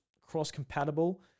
cross-compatible